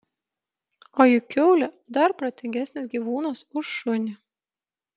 o juk kiaulė dar protingesnis gyvūnas už šunį